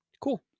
Cool